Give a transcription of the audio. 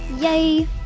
Yay